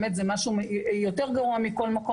זה באמת משהו יותר גרוע מכל מקום,